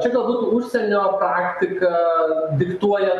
čia galbūt užsienio praktika diktuoja